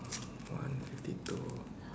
one fifty two